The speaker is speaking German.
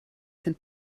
sind